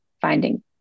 finding